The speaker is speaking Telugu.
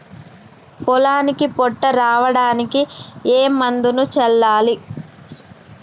పొలానికి పొట్ట రావడానికి ఏ మందును చల్లాలి?